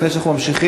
לפני שאנחנו ממשיכים,